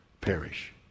perish